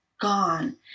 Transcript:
gone